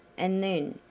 and then,